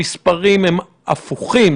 המספרים הם הפוכים.